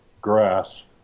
grass